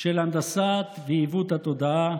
של הנדסה ועיוות התודעה